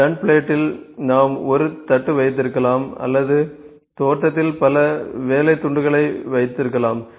turn பிளேட்ட்டில் நாம் ஒரு தட்டு வைத்திருக்கலாம் அல்லது தோற்றத்தில் பல வேலை துண்டுகளை வைத்திருக்கலாம்